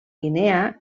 guinea